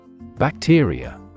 Bacteria